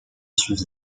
suivis